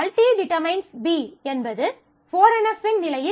A→→B என்பது 4NF இன் நிலையில் இல்லை